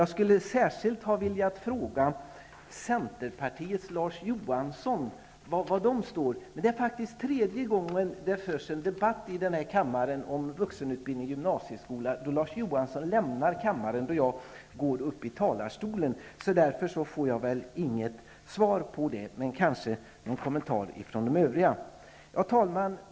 Jag skulle framför allt ha velat fråga Centerpartiets Larz Johansson var Centern står. Det är faktiskt tredje gången det förs en debatt i den här kammaren om vuxenutbildning i gymnasieskolan då Larz Johansson lämnar kammaren när jag går upp i talarstolen. Därför får jag väl inget svar på det, men jag kanske får en kommentar ifrån de övriga partierna. Fru talman!